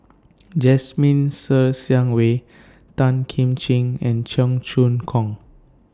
Jasmine Ser Xiang Wei Tan Kim Ching and Cheong Choong Kong